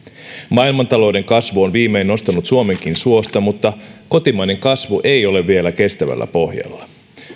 maailmantalouden kasvu on viimein nostanut suomenkin suosta mutta kotimainen kasvu ei ole vielä kestävällä pohjalla